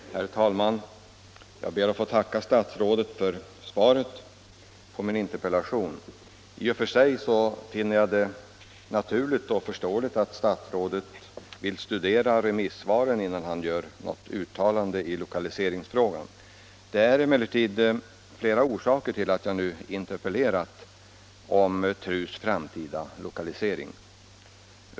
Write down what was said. av delar av Sveriges Herr talman! Jag ber att få tacka statsrådet för svaret på min inter — Radios utbildningspellation. I och för sig finner jag det naturligt och förståeligt att statsrådet — verksamhet vill studera remissvaret innan han gör något uttalande i lokaliseringsfrågan. Det finns emellertid flera orsaker till att jag nu interpellerat om TRU:s framtida lokalisering.